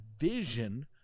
vision